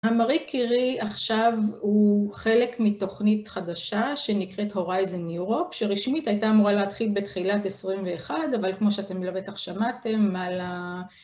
המארי קירי עכשיו הוא חלק מתוכנית חדשה שנקראת הורייזן יורופ, שרשמית הייתה אמורה להתחיל בתחילת 21, אבל כמו שאתם בטח שמעתם, על ה...